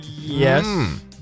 Yes